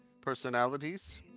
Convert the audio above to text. personalities